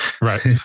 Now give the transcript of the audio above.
Right